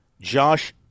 Josh